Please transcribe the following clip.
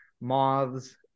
moths